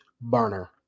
burner